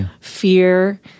fear